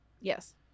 Yes